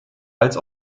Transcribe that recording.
als